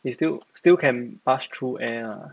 they still still can pass through air